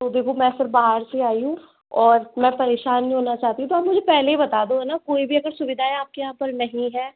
तो देखो मैं फिर बाहर से आई हूँ और मैं परेशान नहीं होना चाहती तो आप मुझे पहले ही बता दो है ना कोई भी अगर सुविधाएं आपके यहाँ पर नहीं हैं